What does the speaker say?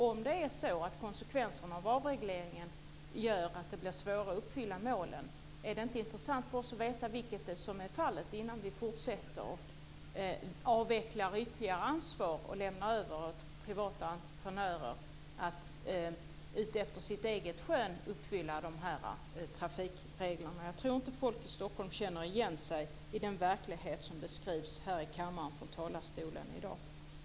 Om konsekvenserna av avregleringen gör att det blir svårt att uppfylla målen, är det då inte intressant för oss att få veta vilket som är fallet innan vi fortsätter och avvecklar ytterligare ansvar och lämnar över detta till privata entreprenörer att efter eget skön uppfylla dessa trafikregler? Jag tror inte att människor i Stockholm känner igen sig i den verklighet som beskrivs här i kammaren från talarstolen i dag.